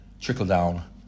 Trickle-down